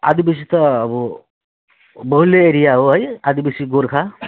आदिवासी त अब बाहुल्य एरिया हो है आदिवासी गोर्खा